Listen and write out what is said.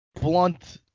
blunt